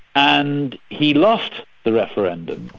and he lost the referendum,